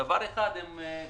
דבר ראשון,